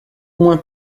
uma